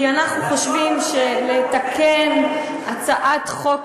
כי אנחנו חושבים שלתקן חוק-יסוד,